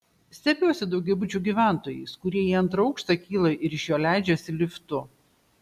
stebiuosi daugiabučių gyventojais kurie į antrą aukštą kyla ir iš jo leidžiasi liftu